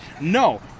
No